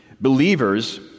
believers